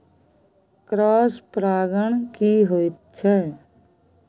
Cross परागण की होयत छै?